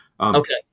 Okay